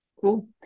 Cool